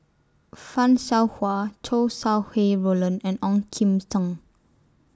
fan Shao Hua Chow Sau Hai Roland and Ong Kim Seng